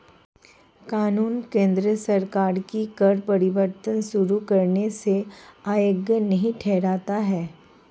कानून केंद्र सरकार को कर परिवर्तन शुरू करने से अयोग्य नहीं ठहराता है